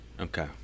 Okay